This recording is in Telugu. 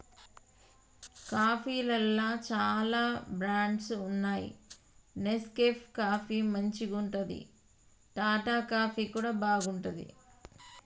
కాఫీలల్ల చాల బ్రాండ్స్ వున్నాయి నెస్కేఫ్ కాఫీ మంచిగుంటది, టాటా కాఫీ కూడా బాగుంటది